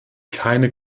keine